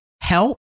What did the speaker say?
help